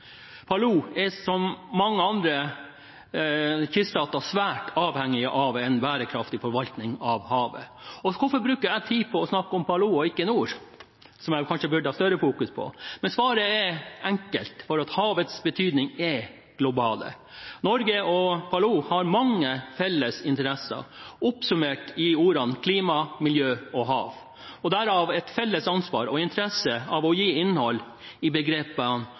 Palau er som mange andre kyststater svært avhengig av en bærekraftig forvaltning av havet. Og hvorfor bruker jeg tid på å snakke om Palau og ikke nord, som jeg kanskje burde ha større fokus på? Svaret er enkelt, for havets betydning er global. Norge og Palau har mange felles interesser oppsummert i ordene klima, miljø og hav og har derav et felles ansvar for og interesse av å gi innhold til begrepet «bærekraftige hav». Det gjorde et sterkt inntrykk å møte presidenten, som i